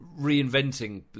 reinventing